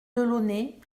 delaunay